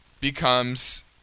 becomes